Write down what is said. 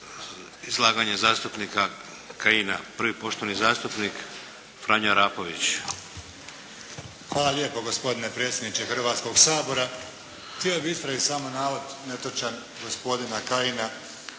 poštovani zastupnik Franjo Arapović. **Arapović, Franjo (HDZ)** Hvala lijepo gospodine predsjedniče Hrvatskog sabora. Htio bih ispraviti samo navod netočan gospodina Kajina.